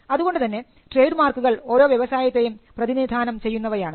അതുകൊണ്ടുതന്നെ ട്രേഡ് മാർക്കുകൾ ഓരോ വ്യവസായത്തെയും പ്രതിനിധാനം ചെയ്യുന്നവയാണ്